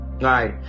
right